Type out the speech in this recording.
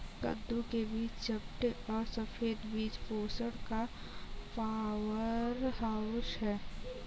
कद्दू के बीज चपटे और सफेद बीज पोषण का पावरहाउस हैं